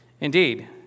Indeed